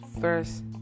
first